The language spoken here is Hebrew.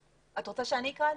מחוק אצלה, אז אני אקרא.